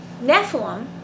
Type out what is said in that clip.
nephilim